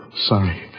Sorry